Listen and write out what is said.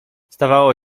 zdawało